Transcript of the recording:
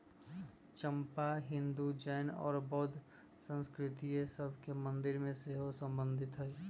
चंपा हिंदू, जैन और बौद्ध संस्कृतिय सभ के मंदिर से सेहो सम्बन्धित हइ